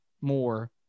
more